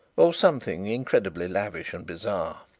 or something incredibly lavish and bizarre.